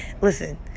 Listen